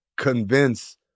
convince